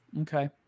Okay